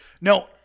No